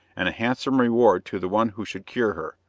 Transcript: and a handsome reward to the one who should cure her.